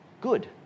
good